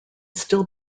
still